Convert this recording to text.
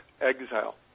exile